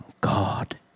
God